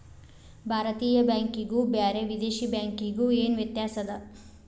ಭಾರತೇಯ ಬ್ಯಾಂಕಿಗು ಬ್ಯಾರೆ ವಿದೇಶಿ ಬ್ಯಾಂಕಿಗು ಏನ ವ್ಯತ್ಯಾಸದ?